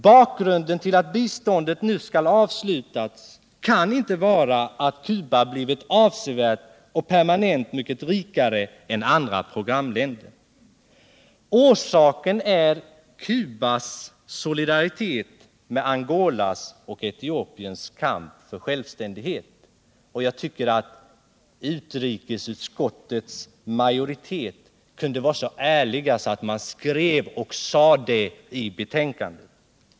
Bakgrunden till att biståndet nu skall avslutas kan inte vara att Cuba blivit avsevärt och permanent mycket rikare än andra programländer. Orsaken är Cubas solidaritet med Angolas och Etiopiens kamp för självständighet. Jag tycker att utskottets majoritet kunde vara så ärlig att den också skrev det i betänkandet.